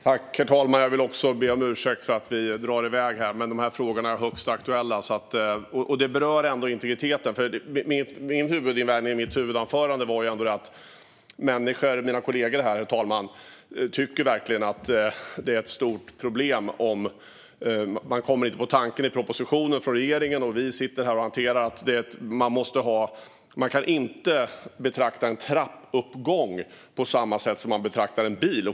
Herr talman! Jag vill också be om ursäkt för att vi drar iväg här, men dessa frågor är högst aktuella, och de berör ändå integriteten. Min huvudinvändning i mitt huvudanförande handlade om att mina kollegor här, herr talman, verkligen tycker att det är ett stort problem. Regeringen kommer inte på tanken i propositionen, och vi sitter här och hanterar att man inte kan betrakta en trappuppgång på samma sätt som man betraktar en bil.